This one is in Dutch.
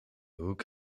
hoek